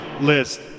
list